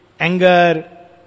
Anger